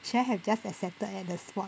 should I have just accepted at the spot